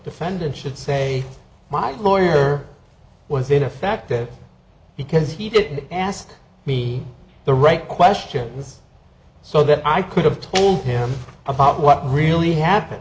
defendant should say my lawyer was ineffective because he didn't ask me the right questions so that i could have told him about what really happened